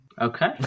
Okay